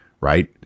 right